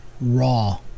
raw